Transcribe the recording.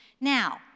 Now